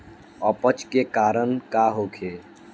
अपच के कारण का होखे?